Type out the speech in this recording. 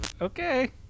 okay